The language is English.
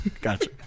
Gotcha